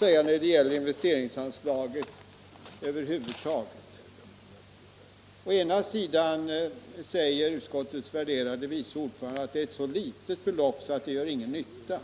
När det gäller investeringsanslaget över huvud taget säger å ena sidan utskottets värderade vice ordförande att det är ett så litet belopp att det inte gör någon nytta.